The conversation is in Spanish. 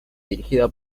dirigida